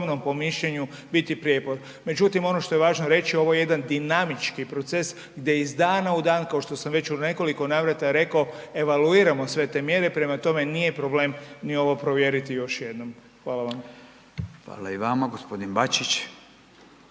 Hvala i vama. Gospodin Vlaović.